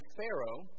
Pharaoh